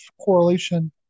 correlation